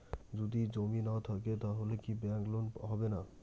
যদি জমি না থাকে তাহলে কি ব্যাংক লোন হবে না?